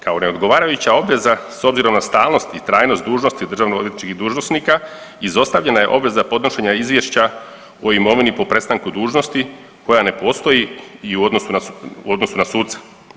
Kao neodgovarajuća obveza s obzirom na stalnost i trajnost dužnosti državno odvjetničkih dužnosnika izostavljena je obveza podnošenja izvješća o imovini po prestanku dužnosti koja ne postoji i u odnosu na, u odnosu na suca.